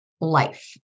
life